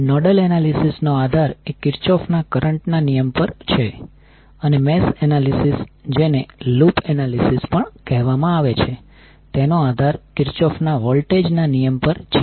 nodal analysis નો આધાર એ કિર્ચોફ Kirchhoff'sના કરંટ ના નિયમ પર છે અને મેશ એનાલિસિસ જેને લૂપ એનાલિસિસ પણ કહેવામાં આવે છે તેનો આધાર કિર્ચોફ Kirchhoff'sના વોલ્ટેજ ના નિયમ પર છે